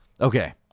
Okay